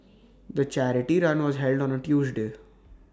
the charity run was held on A Tuesday